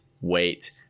wait